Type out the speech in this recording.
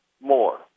more